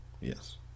Yes